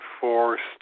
forced